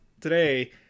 today